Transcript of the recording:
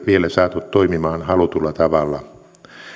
vielä saatu toimimaan halutulla tavalla